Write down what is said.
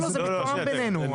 לא, זה מתואם בינינו.